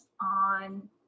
on